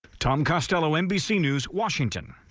tom costello nbc news washington.